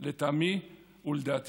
לטעמי, ולדעתי